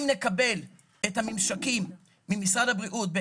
אם נקבל את הממשקים ממשרד הבריאות,